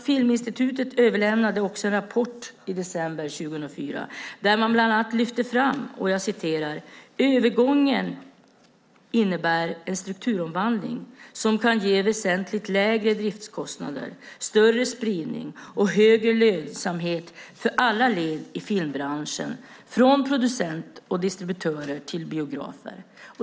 Filminstitutet överlämnade också en rapport i december 2004 där man bland annat lyfte fram att övergången innebär en strukturomvandling som kan ge väsentligt lägre driftskostnader, större spridning och högre lönsamhet för alla led i filmbranschen från producent och distributörer till biografer.